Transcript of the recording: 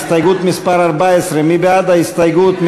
הסתייגות מס' 14. מי בעד ההסתייגות?